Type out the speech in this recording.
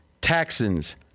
Texans